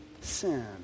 sin